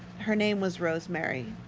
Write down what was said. her name was rosemary,